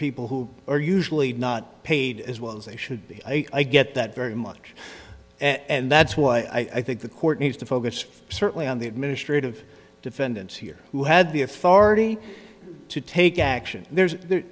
people who are usually not paid as well as they should be i get that very much and that's why i think the court needs to focus certainly on the administrative defendants here who had the authority to take action there's